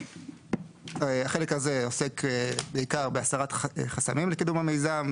החלק הזה עוסק בעיקר בהסרת חסמים לקידום המיזם,